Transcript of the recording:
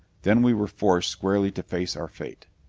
then we were forced squarely to face our fate.